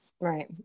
Right